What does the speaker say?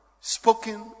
spoken